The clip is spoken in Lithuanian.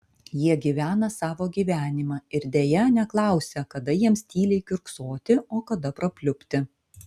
jie gyvena savo gyvenimą ir deja neklausia kada jiems tyliai kiurksoti o kada prapliupti